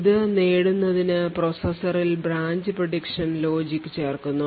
ഇത് നേടുന്നതിന് പ്രോസസറിൽ branch prediction ലോജിക് ചേർക്കുന്നു